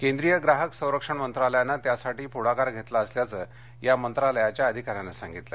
केंद्रीय ग्राहक संरक्षण मंत्रालयाने त्यासाठी पुढाकार घेतला असल्याचं या मंत्रालयाच्या अधिकाऱ्यानं सांगितलं